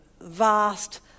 vast